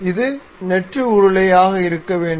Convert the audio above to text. இது வெற்று உருளையாக இருக்க வேண்டும்